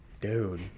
dude